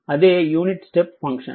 అదే unit step function